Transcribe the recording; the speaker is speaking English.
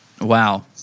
Wow